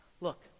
Look